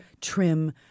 trim